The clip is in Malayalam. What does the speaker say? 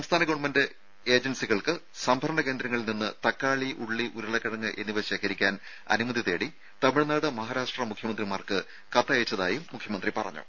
സംസ്ഥാന ഗവൺമെന്റ് ഏജൻസികൾക്ക് സംഭരണ കേന്ദ്രങ്ങളിൽ നിന്ന് നേരിട്ട് തക്കാളി ഉള്ളി ഉരുളക്കിഴങ്ങ് എന്നിവ ശേഖരിക്കാൻ അനുമതി തേടി തമിഴ്നാട് മഹാരാഷ്ട്ര മുഖ്യമന്ത്രിമാർക്ക് കത്തയച്ചിട്ടുണ്ടെന്നും മുഖ്യമന്ത്രി പറഞ്ഞു